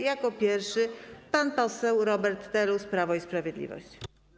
Jako pierwszy pan poseł Robert Telus, Prawo i Sprawiedliwość.